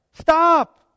Stop